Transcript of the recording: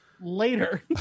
later